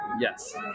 yes